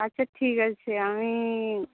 আচ্ছা ঠিক আছে আমি